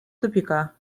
тупика